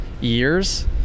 years